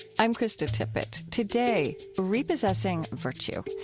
i'm krista tippett. today, repossessing virtue.